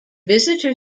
visitor